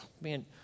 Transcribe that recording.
man